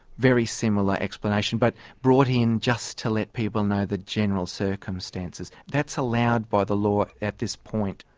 very similar explanation but brought in just to let people know the general circumstances. that's allowed by the law at this point.